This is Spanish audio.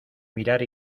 mirar